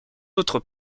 autres